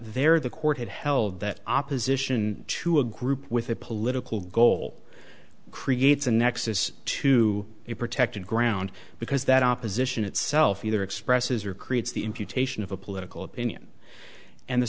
there the court had held that opposition to a group with a political goal creates a nexus to a protected ground because that opposition itself either expresses or creates the imputation of a political opinion and the